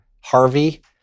Harvey